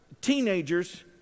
teenagers